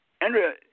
Andrea